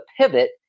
pivot